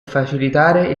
facilitare